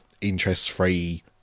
interest-free